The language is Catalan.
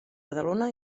badalona